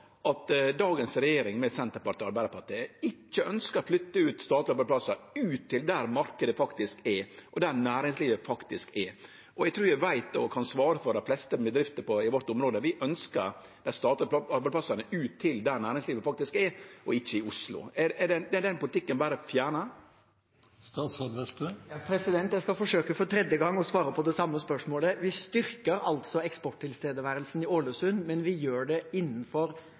at dagens regjering med Senterpartiet og Arbeidarpartiet ikkje ønskjer å flytte ut statlege arbeidsplassar, ut til der marknaden faktisk er, og der næringslivet faktisk er? Eg trur eg kan svare for dei fleste bedriftene i vårt område: Vi ønskjer dei statlege arbeidsplassane ut til der næringslivet faktisk der, og ikkje i Oslo. Er den politikken berre fjerna? Jeg skal forsøke for tredje gang å svare på det samme spørsmålet. Vi styrker altså eksporttilstedeværelsen i Ålesund, men vi gjør det